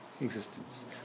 existence